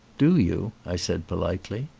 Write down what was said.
do you? i said politely.